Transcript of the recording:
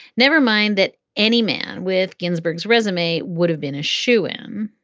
never mind that any man with ginsburg's resume would have been a shoo in.